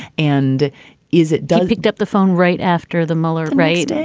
and is it done? picked up the phone right after the mueller, right.